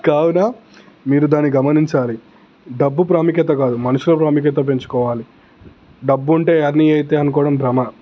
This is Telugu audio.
కావున మీరు దాని గమనించాలి డబ్బు ప్రాముఖ్యత కాదు మనుషుల ప్రాముఖ్యత పెంచుకోవాలి డబ్బుంటే అన్ని అయితాయి అనుకోవడం బ్రహ్మ